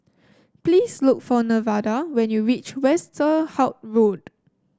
please look for Nevada when you reach Westerhout Road